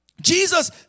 Jesus